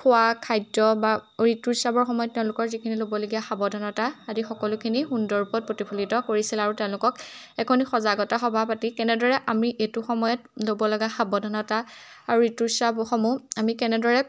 খোৱা খাদ্য বা ঋতুস্ৰাৱৰ সময়ত তেওঁলোকৰ যিখিনি ল'বলগীয়া সাৱধানতা আদি সকলোখিনি সুন্দৰ ৰূপত প্ৰতিফলিত কৰিছিল আৰু তেওঁলোকক এখনি সজাগতা সভা পাতি কেনেদৰে আমি এইটো সময়ত ল'ব লগা সাৱধানতা আৰু ঋতুস্ৰাৱসমূহ আমি কেনেদৰে